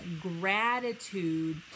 gratitude